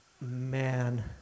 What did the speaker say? man